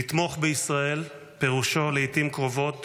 לתמוך בישראל פירושו לעיתים קרובות